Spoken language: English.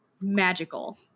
magical